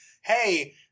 hey